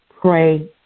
pray